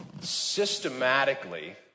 systematically